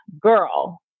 girl